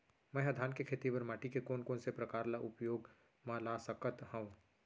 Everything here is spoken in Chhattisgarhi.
मै ह धान के खेती बर माटी के कोन कोन से प्रकार ला उपयोग मा ला सकत हव?